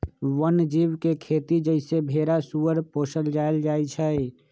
वन जीव के खेती जइसे भेरा सूगर पोशल जायल जाइ छइ